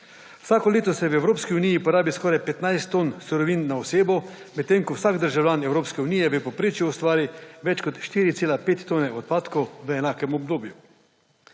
Vsako leto se v Evropski uniji porabi skoraj 15 ton surovin na osebo, medtem ko vsak državljan Evropske unije v povprečju ustvari več kot 4,5 tone odpadkov v enakem obdobju.